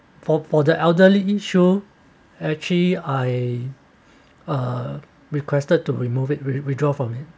for for the elderly issue actually I uh requested to remove it wi~ withdraw from it